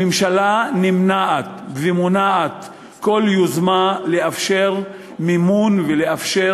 הממשלה נמנעת ומונעת כל יוזמה לאפשר מימון ולאפשר